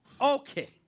Okay